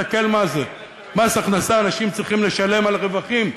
תסתכל מה זה: מס הכנסה אנשים צריכים לשלם על רווחים,